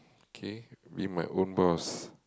okay be my own boss